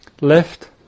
left